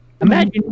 Imagine